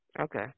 Okay